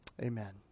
Amen